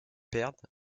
perdent